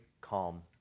calm